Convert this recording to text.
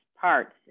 parts